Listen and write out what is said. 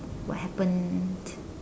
what happened